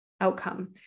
outcome